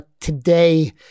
today